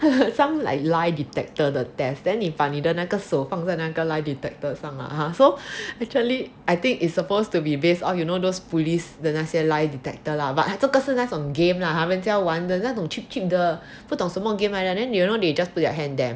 some like lie detector test then 你把你的那个手放在那个 lie detector 上 mah so actually I think it's supposed to be based you know those police that 那些 lie detector lah but 这个是那种 game lah 他们玩的那种 cheap cheap the 不懂什么 game 来的 then you know you just put your hand there